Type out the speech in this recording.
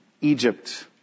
Egypt